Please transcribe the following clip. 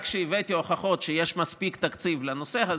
רק כשהבאתי הוכחות שיש מספיק תקציב לנושא הזה,